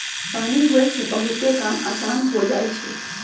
पानी होय से बहुते काम असान हो जाई छई